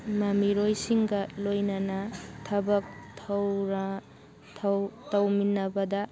ꯃꯃꯤꯔꯣꯏꯁꯤꯡꯒ ꯂꯣꯏꯅꯅ ꯊꯕꯛ ꯇꯧꯃꯤꯟꯅꯕꯗ